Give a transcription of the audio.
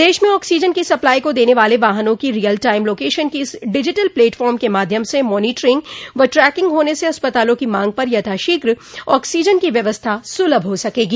प्रदेश में ऑक्सीजन की सप्लाई को देने वाले वाहनों की रियल टाइम लोकेशन की इस डिजीटल प्लेटफार्म के माध्यम से मॉनिटरिंग व ट्रेकिंग होने से अस्पतालों की मॉग पर यथाशीघ्र ऑक्सीजन की व्यवस्था सुलभ हो सकेगी